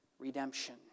Redemption